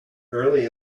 early